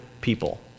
people